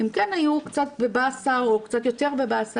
הם כן היו קצת בבאסה או קצת יותר בבאסה